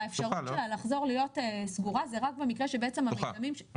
האפשרות שלה לחזור להיות סגורה זה רק במקרה שהמיזמים --- פתוחה.